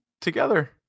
together